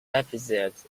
epithet